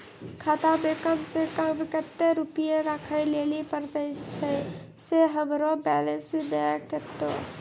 खाता मे कम सें कम कत्ते रुपैया राखै लेली परतै, छै सें हमरो बैलेंस नैन कतो?